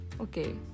okay